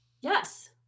Yes